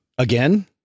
Again